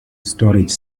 storage